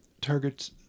targets